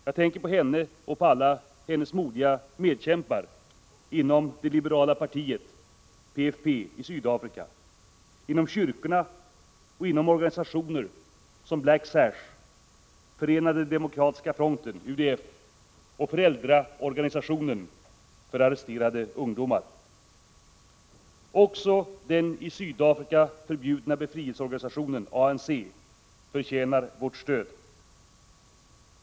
Jag tänker på henne och på alla hennes modiga medkämpar inom det liberala partiet i Sydafrika, inom kyrkorna och inom organisationer som Black Sash, Förenade demokratiska fronten och Föräldraorganisationen för arresterade ungdomar. Också den i Sydafrika förbjudna befrielseorganisationen ANC förtjänar vårt stöd.